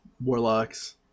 Warlocks